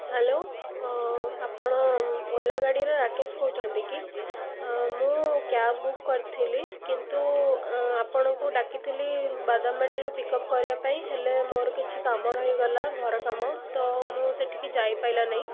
hello ଆପଣ ଓଲା ଗାଡ଼ିର ରାକେଶ କହୁଛନ୍ତି କି ମୁଁ କ୍ୟାବ୍ ବୁକ୍ କରିଥିଲି କିନ୍ତୁ ଆପଣଙ୍କୁ ଡାକିଥିଲି ବାଦାମବାଡ଼ିରୁ ପିକ୍ ଅପ୍ କରିବାପାଇଁ ହେଲେ ମୋର କିଛି କାମ ରହିଗଲା ଘର କାମ ତ ମୁଁ ସେଠିକି ଯାଇପାରିଲି ନାହିଁ